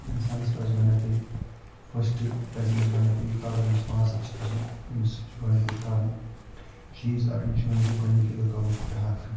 اِنسانَس پَزِ گۄڈٕنٮ۪تھٕے فٔسٹ پَزِ أمِس گۄڈٕنٮ۪تھٕے اَگر أمِس پانٛژھ ہَتھ چھِ کھسُن أمِس چھِ گۄڈٕنٮ۪تھٕے کَرُن چیٖز اَکھ أمِس چھِ گۄڈٕنٮ۪تھٕے گۄڈٕنِکی دۄہ کَرُن فُٹہٕ ہَتھ کھٚنڈ